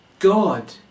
God